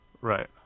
right